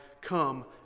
come